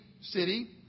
city